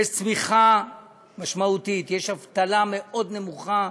יש צמיחה משמעותית, יש אבטלה מאוד נמוכה,